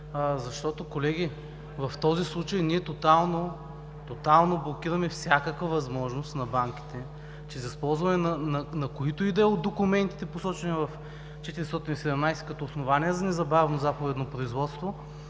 защото, колеги, в този случай ние тотално блокираме някаква възможност на банките чрез използване на които и да е от документите, посочени в чл. 417 като основание за незабавно заповедно производство,